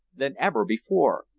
than ever before.